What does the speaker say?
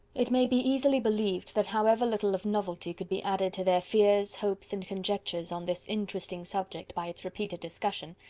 it may be easily believed, that however little of novelty could be added to their fears, hopes, and conjectures, on this interesting subject, by its repeated discussion,